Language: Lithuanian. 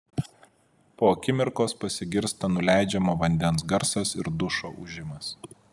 po akimirkos pasigirsta nuleidžiamo vandens garsas ir dušo ūžimas